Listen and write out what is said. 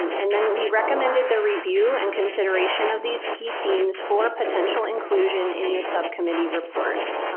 and then we recommended the review and consideration of these key themes for potential inclusion in the subcommittee reports.